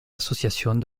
associations